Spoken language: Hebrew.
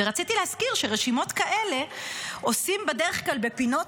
ורציתי להזכיר שרשימות כאלה עושים בדרך כלל בפינות